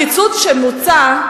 הקיצוץ שמוצע,